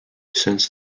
since